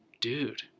Dude